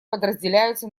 подразделяются